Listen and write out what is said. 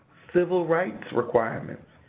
civil rights requirements,